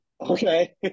Okay